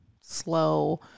slow